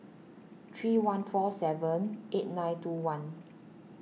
three one four seven eight nine two one